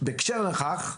בהקשר לכך,